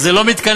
זה לא מתכנס.